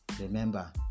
remember